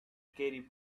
gary